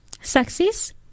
success